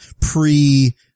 pre